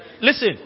listen